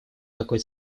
такой